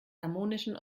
harmonischen